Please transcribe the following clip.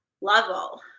level